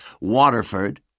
Waterford